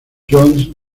jones